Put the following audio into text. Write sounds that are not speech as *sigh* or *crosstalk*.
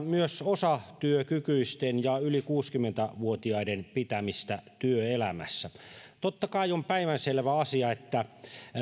*unintelligible* myös osatyökykyisten ja yli kuusikymmentä vuotiaiden pitämistä työelämässä totta kai on päivänselvä asia että